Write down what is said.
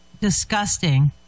disgusting